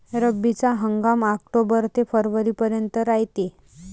रब्बीचा हंगाम आक्टोबर ते फरवरीपर्यंत रायते